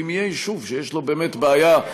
ואם יהיה יישוב שיש לו באמת בעיה,